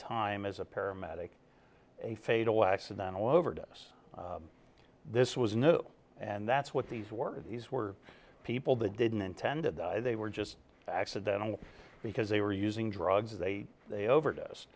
time as a paramedic a fatal accidental overdose this was no and that's what these were these were people that didn't intended that they were just accidental because they were using drugs they they overdose